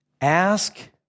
ask